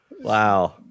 wow